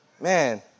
Man